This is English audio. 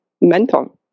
mental